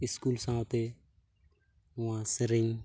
school ᱥᱟᱶᱛᱮ ᱱᱚᱣᱟ ᱥᱮᱨᱮᱧ